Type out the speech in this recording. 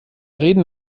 reden